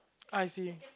I see